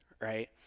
Right